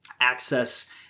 access